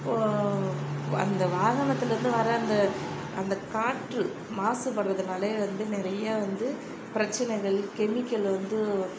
அந்த வாகனத்துலேந்து வர அந்த அந்த காற்று மாசு படுறதுனால் வந்து நிறைய வந்து பிரச்சினைகள் கெமிக்கல் வந்து